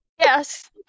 Yes